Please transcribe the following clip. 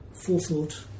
forethought